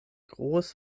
groß